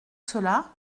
cela